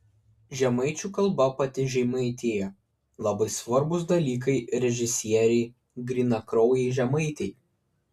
žemaičių kalba pati žemaitija labai svarbūs dalykai režisierei grynakraujei žemaitei